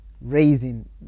raising